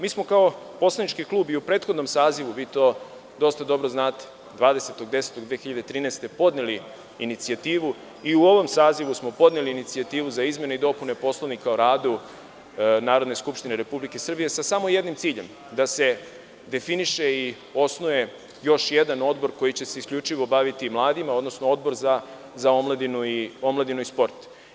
Mi smo kao poslanički klub i u prethodnom sazivu, vi to dosta dobro znate, 20. oktobra 2013. godine smo podneli inicijativu i u ovom sazivu smo podneli inicijativu za izmene i dopune Poslovnika o radu Narodne skupštine Republike Srbije sa samo jednim ciljem, da se definiše i osnuje još jedan odbor koji će se isključivo baviti mladima, odnosno odbor za omladinu i sport.